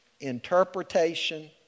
interpretation